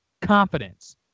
confidence